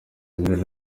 ibirori